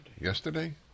Yesterday